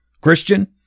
Christian